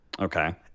Okay